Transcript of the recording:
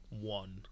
one